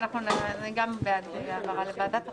גם אני בעד העברה לוועדת החוקה.